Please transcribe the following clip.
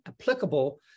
applicable